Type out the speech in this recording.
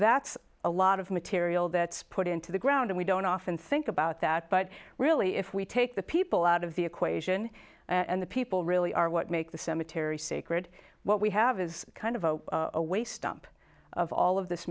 that's a lot of material that's put into the ground and we don't often think about that but really if we take the people out of the equation and the people really are what make the cemetery sacred what we have is kind of a waste dump of all of this